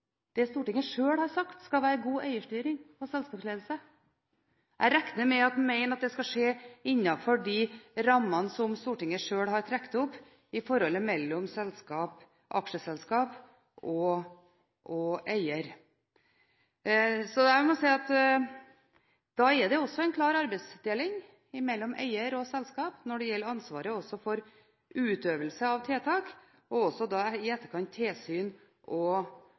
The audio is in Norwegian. det Stortinget selv har sagt skal være god eierstyring og selskapsledelse. Jeg regner med at en mener at det skal skje innenfor de rammene som Stortinget selv har trukket opp i forholdet mellom selskap/aksjeselskap og eier. Da er det også en klar arbeidsdeling mellom eier og selskap når det gjelder ansvaret for utøvelse av tiltak, og også da i etterkant tilsyn og